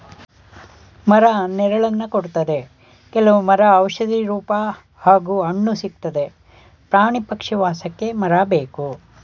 ಮರ ನೆರಳನ್ನ ಕೊಡ್ತದೆ ಕೆಲವ್ ಮರ ಔಷಧಿ ರೂಪ ಹಾಗೂ ಹಣ್ಣುಗಳು ಸಿಕ್ತದೆ ಪ್ರಾಣಿ ಪಕ್ಷಿ ವಾಸಕ್ಕೆ ಮರ ಬೇಕು